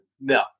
no